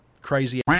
crazy